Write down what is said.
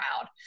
proud